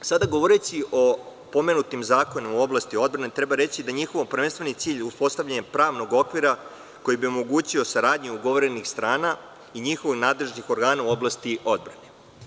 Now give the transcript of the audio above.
Sada, govoreći o pomenutim zakonima u oblasti odbrane, treba reći da je njihov prvenstveni cilj uspostavljanje pravnog okvira koji bi omogućio saradnju ugovornih strana i njihovih nadležnih organa u oblasti odbrane.